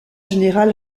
général